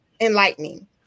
enlightening